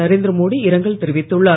நரேந்திர மோடி இரங்கல் தெரிவித்துள்ளார்